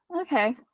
okay